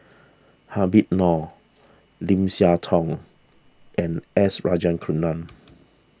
Habib Noh Lim Siah Tong and S Rajaratnam